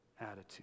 attitude